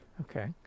Okay